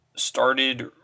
started